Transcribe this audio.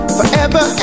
Forever